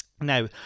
Now